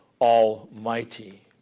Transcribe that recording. Almighty